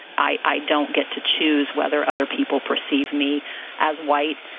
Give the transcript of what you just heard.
i don't get to choose whether other people perceive me as white.